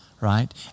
right